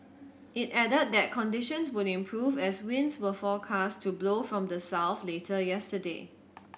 it added that conditions would improve as winds were forecast to blow from the south later yesterday